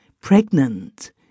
pregnant